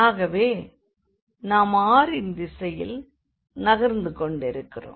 ஆகவே நாம் r ன் திசையில் நகர்ந்து கொண்டிருக்கிறோம்